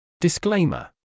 Disclaimer